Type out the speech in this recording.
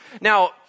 now